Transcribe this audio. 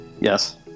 Yes